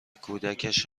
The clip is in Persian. کودکش